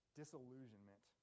disillusionment